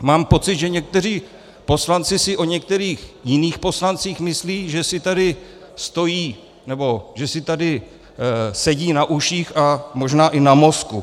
Mám pocit, že někteří poslanci si o některých jiných poslancích myslí, že si tady stojí nebo že si tady sedí na uších a možná i na mozku.